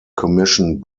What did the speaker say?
commissioned